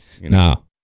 No